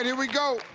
and we go. oh,